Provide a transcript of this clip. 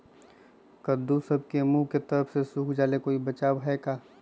कददु सब के मुँह के तरह से सुख जाले कोई बचाव है का?